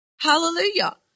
Hallelujah